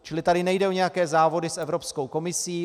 Čili tady nejde o nějaké závody s Evropskou komisí.